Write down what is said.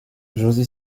josé